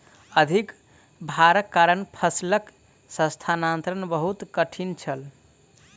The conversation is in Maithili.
अधिक भारक कारण फसिलक स्थानांतरण बहुत कठिन छल